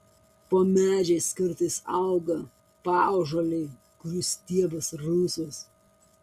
po medžiais kartais auga paąžuoliai kurių stiebas rausvas